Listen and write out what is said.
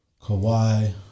Kawhi